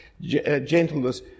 gentleness